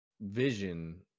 vision